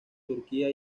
turquía